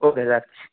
ওকে রাখছি